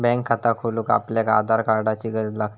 bank खाता खोलूक आपल्याक आधार कार्डाची गरज लागतली